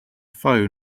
phone